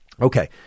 Okay